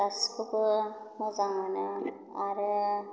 गासैखौबो मोजां मोनो आरो